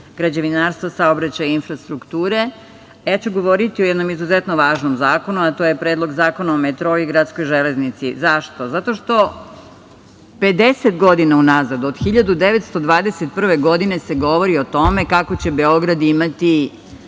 građevinarstva, saobraćaja i infrastrukture, a ja ću govoriti o jednom izuzetno važnom zakonu, a to je Predlog zakona o metrou i gradskoj železnici. Zašto? Zato što 50 godina unazad, od 1921. godine se govori o tome kako će Beograd imati